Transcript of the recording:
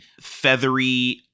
feathery